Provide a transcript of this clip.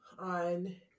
on